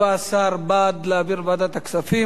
17 בעד להעביר לוועדת הכספים.